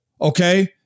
okay